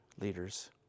leaders